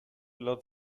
lot